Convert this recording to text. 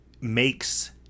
makes